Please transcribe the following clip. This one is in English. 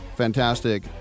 fantastic